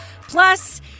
Plus